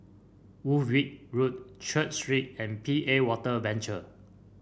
Woolwich Road Church Street and P A Water Venture